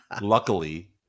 Luckily